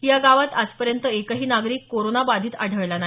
या गावात आजपर्यंत एकही नागरिक कोरोना बाधित झालेला आढळला नाही